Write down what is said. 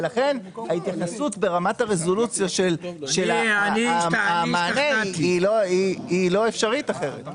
ולכן ההתייחסות ברמת הרזולוציה של המענה היא לא אפשרית אחרת.